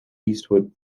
eastwood